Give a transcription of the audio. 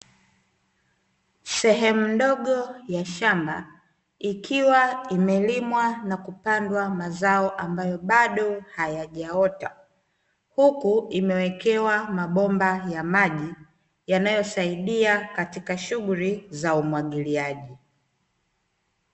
Sehemu ndogo ya shamba, ikiwa imelimwa na kupandwa mazao ambayo bado hayajaota, huku imewekewa mabomba ya maji yanayosaidia katika shughuli za umwagiliaji.